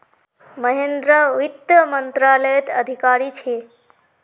महेंद्र वित्त मंत्रालयत अधिकारी छे